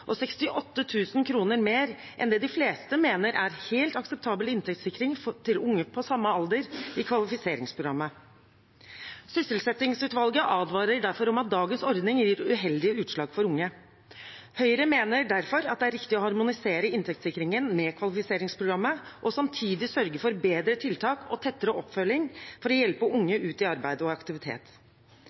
og 68 000 kr mer enn det de fleste mener er helt akseptabel inntektssikring til unge på samme alder i kvalifiseringsprogrammet. Sysselsettingsutvalget advarer derfor om at dagens ordning gir uheldige utslag for unge. Høyre mener derfor at det er riktig å harmonisere inntektssikringen med kvalifiseringsprogrammet og samtidig sørge for bedre tiltak og tettere oppfølging for å hjelpe unge ut i arbeid og aktivitet.